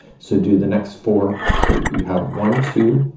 so do the next four. so that you have one, two,